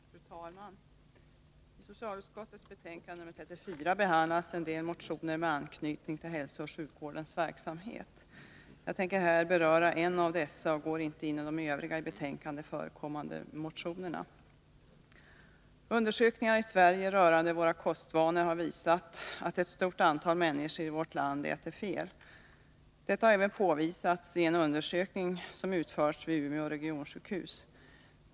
Fru talman! I socialutskottets betänkande nr 34 behandlas en del motioner med anknytning till hälsooch sjukvårdens verksamhet. Jag tänker här beröra en av dessa och går inte in på de övriga i betänkandet förekommande motionerna. Undersökningar i Sverige rörande våra kostvanor har visat att ett stort antal människor i vårt land äter fel. Detta har även påvisats i en undersökning som utförts vid Umeå regionsjukhus.